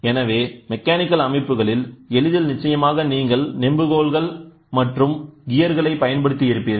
எனவே மெக்கானிக்கல் அமைப்புகளில் எளிதில் நிச்சயமாக நீங்கள் நெம்புகோல்கள் மற்றும் கியர்களை பயன்படுத்தி இருப்பீர்கள்